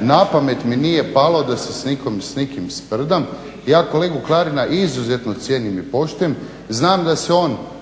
napamet mi nije palo da se s nikim sprdam. Ja kolegu Klarina izuzetno cijenim i poštujem. Znam da se on